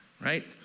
Right